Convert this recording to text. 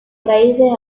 raíces